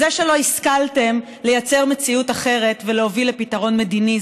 זה שלא השכלתם לייצר מציאות אחרת ולהוביל לפתרון מדיני.